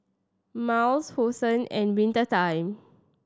Miles Hosen and Winter Time